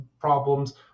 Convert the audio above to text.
problems